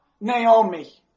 Naomi